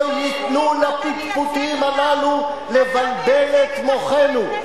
ולא ייתנו לפטפוטים הללו לבלבל את מוחנו.